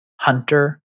Hunter